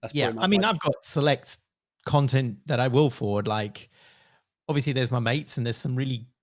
ah yeah i mean, i've got select content that i will forward, like obviously there's my mates and there's some really.